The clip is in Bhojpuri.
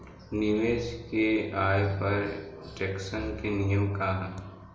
निवेश के आय पर टेक्सेशन के नियम का ह?